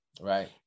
Right